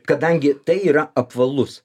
kadangi tai yra apvalus